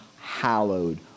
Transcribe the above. hallowed